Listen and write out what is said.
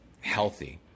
healthy